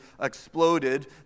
exploded